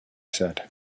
said